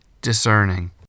discerning